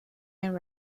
and